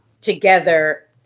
together